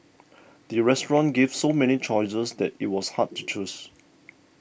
the restaurant gave so many choices that it was hard to choose